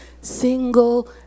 single